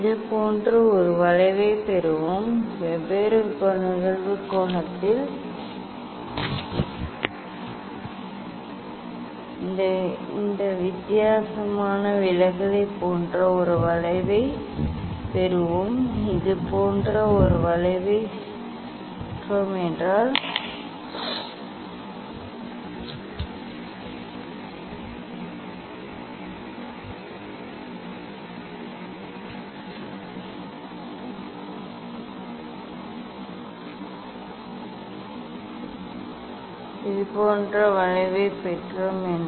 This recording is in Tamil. இது போன்ற ஒரு வளைவைப் பெறுவோம் வெவ்வேறு நிகழ்வு கோணத்தில் இந்த வித்தியாசமான விலகலைப் போன்ற ஒரு வளைவைப் பெறுவோம் இது போன்ற ஒரு வளைவைப் பெறுவோம் இந்த சோதனையின் நோக்கம் என்ன